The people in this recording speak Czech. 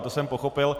To jsem pochopil.